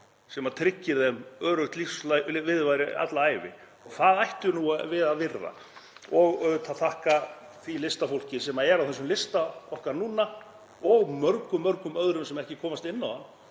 sem tryggir þeim öruggt lífsviðurværi alla ævi. Það ættum við að virða og auðvitað að þakka því listafólki sem er á þessum lista okkar núna og mörgum, mörgum öðrum sem ekki komast inn á hann